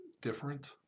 different